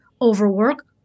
over-work